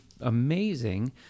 amazing